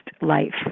life